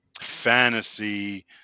fantasy